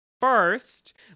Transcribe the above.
first